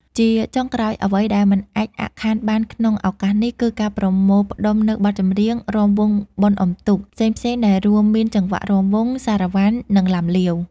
ជាចុងក្រោយ អ្វីដែលមិនអាចអាក់ខានបានក្នុងឱកាសនេះ គឺការប្រមូលផ្តុំនូវបទចម្រៀង រាំវង់បុណ្យអ៊ុំទូក ផ្សេងៗដែលរួមមានចង្វាក់រាំវង់ សារ៉ាវ៉ាន់ និងឡាំលាវ។